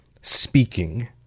speaking